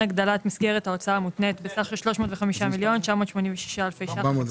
הגדלת מסגרת ההוצאה המותנית בסך של 305,986,000 ₪ בתקציב